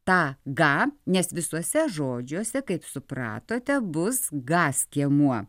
tą gą nes visuose žodžiuose kaip supratote bus gą skiemuo